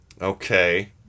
Okay